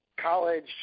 college